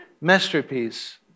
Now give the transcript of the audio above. masterpiece